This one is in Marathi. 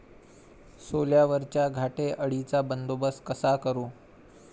सोल्यावरच्या घाटे अळीचा बंदोबस्त कसा करू?